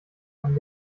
man